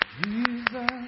Jesus